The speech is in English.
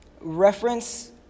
reference